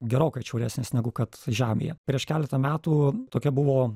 gerokai atšiauresnės negu kad žemėje prieš keletą metų tokia buvo